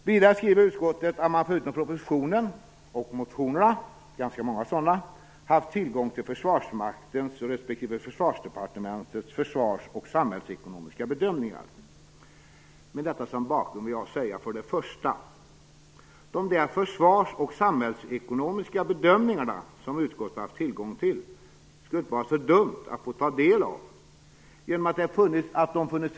Vidare skriver utskottet att man förutom propositionen och motionerna - ganska många sådana - haft tillgång till Försvarsmaktens respektive Försvarsdepartementets försvars och samhällsekonomiska bedömningar. Med detta som bakgrund vill jag för det första säga att det inte skulle vara så dumt att få ta del av de försvars och samhällsekonomiska bedömningar som utskottet haft tillgång till. De hade varit bara om de hade funnits redovisade, om så bara med ett litet stycke, i betänkandet.